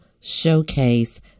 showcase